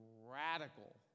radical